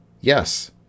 Yes